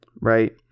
right